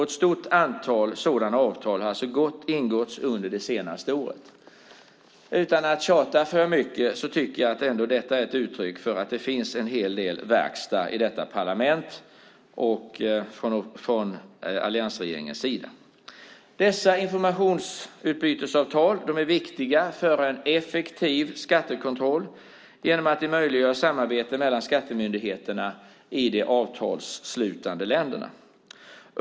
Ett stort antal sådana avtal har alltså ingåtts under det senaste året. Utan att tjata för mycket tycker jag ändå att detta är ett uttryck för att det finns en hel del verkstad i detta parlament från alliansregeringens sida. Dessa informationsutbytesavtal är viktiga för en effektiv skattekontroll genom att de möjliggör samarbete mellan skattemyndigheterna i de avtalsslutande länderna.